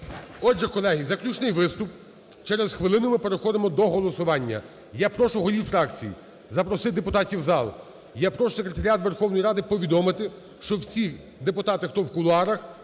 Отже, колеги, заключний виступ. Через хвилину ми переходимо до голосування. Я прошу голів фракцій, запросіть депутатів в зал. Я прошу Секретаріат Верховної Ради повідомити, щоб всі депутати, хто в кулуарах,